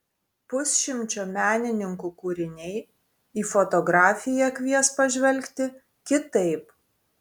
pusšimčio menininkų kūriniai į fotografiją kvies pažvelgti kitaip